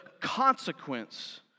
consequence